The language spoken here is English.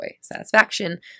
satisfaction